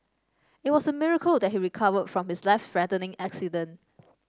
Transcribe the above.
it was a miracle that he recovered from his life threatening accident